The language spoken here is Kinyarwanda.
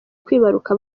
kwibaruka